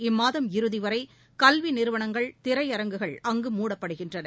இம்மாதம் இறுதிவரைகல்விநிறுவனங்கள் திரையரங்குகள் அதன்படி அங்கு முடப்படுகின்றன